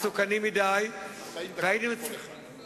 אדוני מבין שעל-ידי 15 דקות מתבטל הסיבוב הבא.